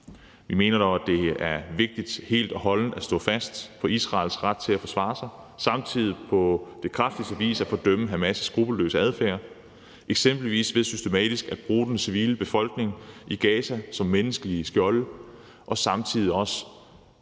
Vi mener dog, at det er vigtigt helt og holdent at stå fast på Israels ret til at forsvare sig og samtidig på kraftigste vis at fordømme Hamas' skruppelløse adfærd, eksempelvis ved systematisk at bruge den civile befolkning i Gaza som menneskelige skjolde og samtidig også